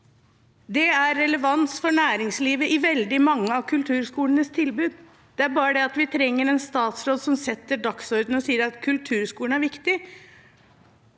Det er relevans for næringslivet i veldig mange av kulturskolenes tilbud; det er bare det at vi trenger en statsråd som setter dagsordenen og sier at kulturskolen er viktig.